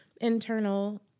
internal